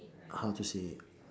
how to say